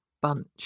bunch